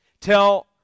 tell